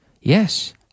Yes